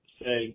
say